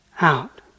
out